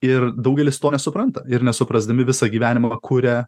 ir daugelis to nesupranta ir nesuprasdami visą gyvenimą kuria